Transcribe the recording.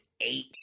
eight